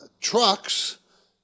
trucks